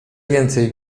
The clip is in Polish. więcej